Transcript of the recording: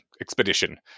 expedition